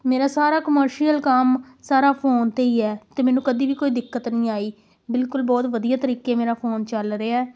ਮੇਰਾ ਸਾਰਾ ਕਮਰਸ਼ੀਅਲ ਕੰਮ ਸਾਰਾ ਫੋਨ 'ਤੇ ਹੀ ਹੈ ਅਤੇ ਮੈਨੂੰ ਕਦੀ ਵੀ ਕੋਈ ਦਿੱਕਤ ਨਹੀਂ ਆਈ ਬਿਲਕੁਲ ਬਹੁਤ ਵਧੀਆ ਤਰੀਕੇ ਮੇਰਾ ਫੋਨ ਚੱਲ ਰਿਹਾ